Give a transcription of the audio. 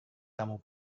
kamu